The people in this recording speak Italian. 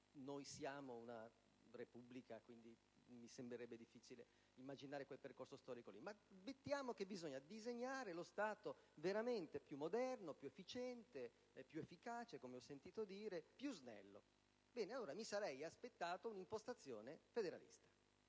per la nostra Repubblica mi sembrerebbe difficile immaginare quel percorso storico), mettiamo che occorra disegnare lo Stato veramente più moderno, più efficiente, più efficace, come ho sentito dire, più snello. Allora mi sarei aspettato una impostazione federalista